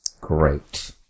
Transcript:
Great